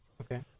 Okay